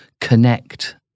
connect